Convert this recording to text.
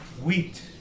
Wheat